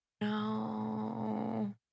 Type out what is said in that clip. No